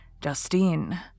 Justine